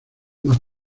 más